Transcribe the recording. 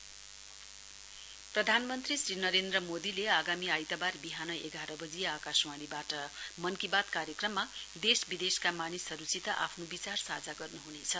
PM Mann Ki Baat प्रधान मन्त्री श्री नरेन्द्र मोदीले आगामी आइतबार बिहान एघार बजी आकाशवाणीबाट मन की बात कार्यक्रममा देश विदेशका मानिसहरूसित आफ्नो विचार साझा गर्न्हनेछ